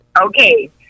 okay